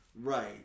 Right